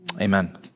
Amen